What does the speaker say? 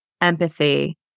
empathy